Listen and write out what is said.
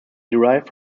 derived